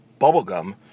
Bubblegum